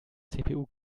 cpu